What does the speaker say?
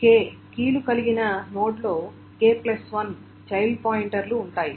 k కీలు కలిగిన నోడ్లో k1 చైల్డ్ పాయింటర్ లు ఉంటాయి